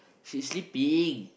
she sleeping